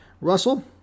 Russell